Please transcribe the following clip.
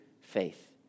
faith